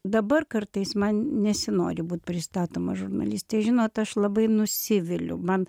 dabar kartais man nesinori būt pristatoma žurnaliste žinot aš labai nusiviliu man